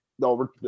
No